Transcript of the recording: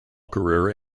career